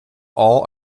all